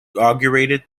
inaugurated